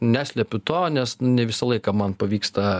neslepiu to nes ne visą laiką man pavyksta